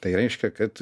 tai reiškia kad